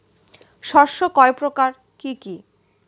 শস্য কয় প্রকার কি কি?